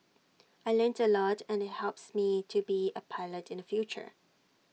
I learnt A lot and IT helps me to be A pilot in the future